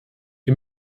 wir